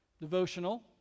devotional